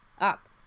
up